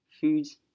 foods